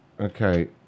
Okay